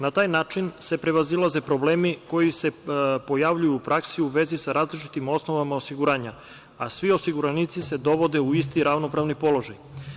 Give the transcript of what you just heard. Na taj način se prevazilaze problemi koji se pojavljuju u praksi u vezi sa različitim osnovama osiguranja, a svi osiguranici se dovode u isti ravnopravni položaj.